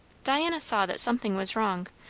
diana saw that something was wrong,